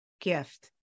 gift